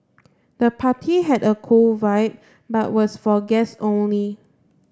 the party had a cool vibe but was for guests only